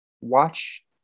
watch